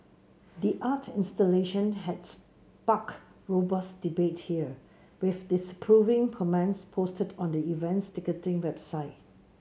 the art installation had sparked robust debate here with disapproving comments posted on the event's ticketing website